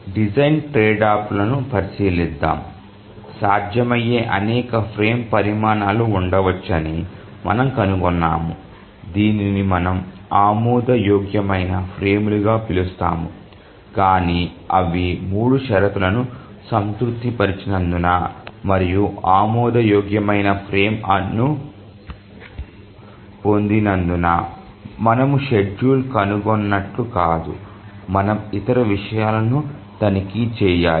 design trade అప్లను పరిశీలిద్దాం సాధ్యమయ్యే అనేక ఫ్రేమ్ పరిమాణాలు ఉండవచ్చని మనము కనుగొన్నాము దీనిని మనము ఆమోదయోగ్యమైన ఫ్రేమ్లుగా పిలుస్తాము కాని అవి 3 షరతులను సంతృప్తిపరిచినందున మరియు ఆమోదయోగ్యమైన ఫ్రేమ్ అను పొందినందున మనము షెడ్యూల్ కనుగొన్నట్లు కాదు మనము ఇతర విషయాలను తనిఖీ చేయాలి